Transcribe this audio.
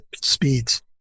speeds